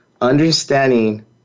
understanding